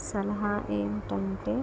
నేను ఇచ్చే సలహా ఏంటంటే